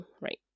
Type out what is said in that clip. Right